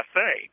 say